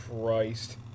Christ